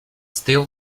still